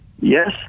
yes